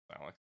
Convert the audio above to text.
Alex